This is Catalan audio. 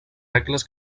regles